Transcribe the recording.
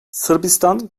sırbistan